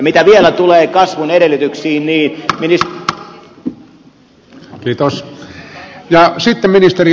mitä vielä tulee kasvun edellytyksiin niin